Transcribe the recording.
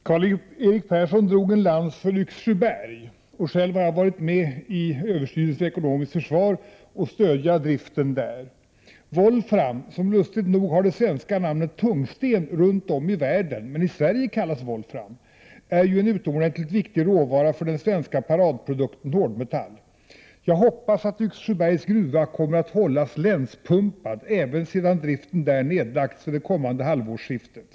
Herr talman! Karl-Erik Persson drog en lans för Yxsjöberg. Själv har jag varit med om att i överstyrelsen för ekonomiskt försvar fatta beslut om att driften där skall stödjas. Volfram — lustigt nog används det svenska namnet tungsten runt om i världen, men i Sverige säger man volfram — är ju en utomordentligt viktig råvara för den svenska paradprodukten hårdmetall. Jag hoppas att Yxsjöbergs gruva kommer att hållas länspumpad även efter det att man upphört med driften där vid det kommande halvårsskiftet.